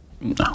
No